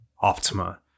Optima